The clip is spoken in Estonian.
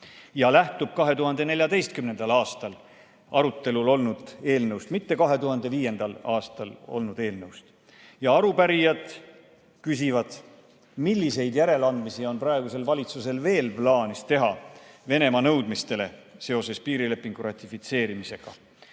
lähtub 2014. aastal arutelul olnud eelnõust, mitte 2005. aasta eelnõust. Arupärijad küsivad, milliseid järeleandmisi on praegusel valitsusel veel plaanis teha Venemaa nõudmistele seoses piirilepingu ratifitseerimisega.